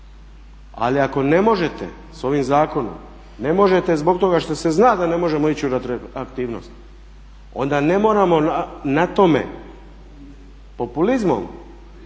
ali ako ne možete s ovim zakonom ne možete zbog toga što se zna da ne možemo ići u retroaktivnost. Onda ne moramo na tome populizmom